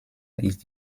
ist